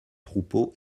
troupeau